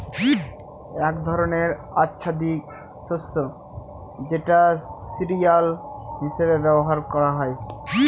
এক ধরনের আচ্ছাদিত শস্য যেটা সিরিয়াল হিসেবে ব্যবহার করা হয়